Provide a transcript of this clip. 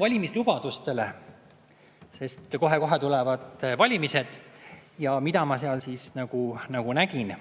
valimislubadustele, sest kohe-kohe tulevad valimised. Ja mida ma seal nägin: